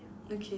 okay